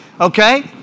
Okay